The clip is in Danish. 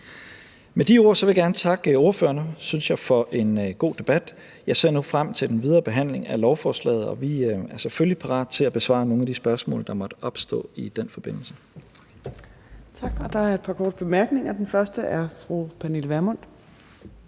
Med de ord vil jeg gerne takke ordførerne for en, synes jeg, god debat. Jeg ser nu frem til den videre behandling af lovforslaget, og vi er selvfølgelig parat til at besvare nogle af de spørgsmål, der måtte opstå i den forbindelse. Kl. 15:50 Fjerde næstformand (Trine Torp): Tak. Og der er et par korte bemærkninger. Den første er fra fru Pernille Vermund.